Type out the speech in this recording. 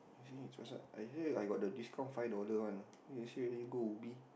you see his website I here I got the discount five dollar one ah you see whether go Ubi